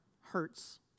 hurts